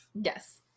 Yes